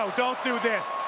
so don't do this.